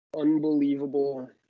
Unbelievable